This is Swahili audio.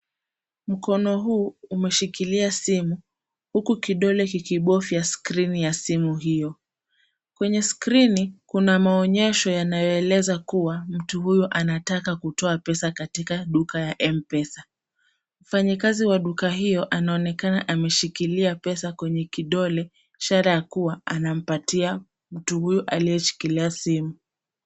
Mkono huu umeshikilia simu, huku kidole kikibofya skrini ya simu hiyo. Kwenye skrini kuna maonyesho yanayoeleza kuwa mtu huyu anataka kutoa pesa katika duka ya M-Pesa. Mfanyikazi wa duka hiyo anaonekana ameshikilia pesa kwenye kidole ishara ya kuwa anampatia mtu huyu aliyeshikilia simu.